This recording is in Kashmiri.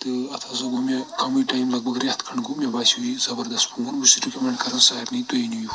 تہٕ اَتھ ہَسا گوٚو مےٚ کَمٕے ٹایِم لگ بگ رؠتھ کھنٛڈ گوٚو مےٚ باسیٚو یہِ زَبردَس فون بہٕ چھُس رِکمؠنٛڈ کَران سارنٕے تُہۍ أنِو یہِ فون